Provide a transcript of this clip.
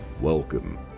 welcome